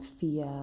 fear